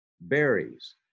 berries